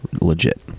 legit